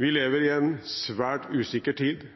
Vi lever i en svært usikker tid,